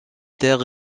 terre